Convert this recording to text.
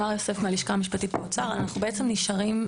אנחנו נשארים,